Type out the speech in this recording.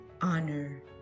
honor